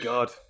God